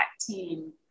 team